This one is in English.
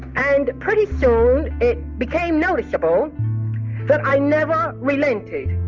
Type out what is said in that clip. and pretty soon, it became noticeable that i never relented.